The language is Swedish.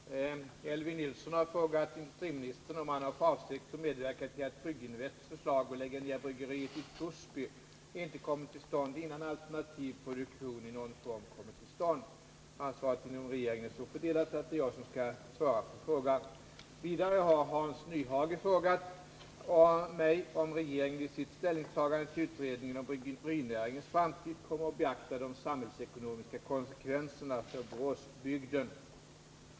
Herr talman! Elvy Nilsson har frågat industriministern om han har för avsikt att medverka till att Brygginvest AB:s förslag att lägga ner bryggeriet i Torsby inte genomförs, innan alternativ produktion i någon form kommer till stånd. Arbetet inom regeringen är så fördelat att det är jag som skall svara på frågan. Vidare har Hans Nyhage frågat mig om regeringen vid sitt ställningstagande till utredningen om bryggerinäringens framtid kommer att beakta de samhällsekonomiska konsekvenserna för Boråsbygden.